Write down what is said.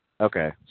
Okay